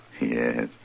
Yes